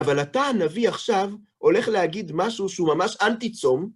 אבל אתה, הנביא עכשיו, הולך להגיד משהו שהוא ממש אנטי צום.